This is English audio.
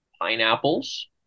pineapples